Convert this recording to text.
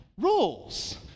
rules